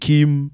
Kim